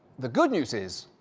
the good news is,